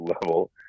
level